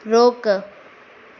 रोकु